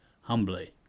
humbly